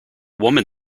woman